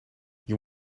you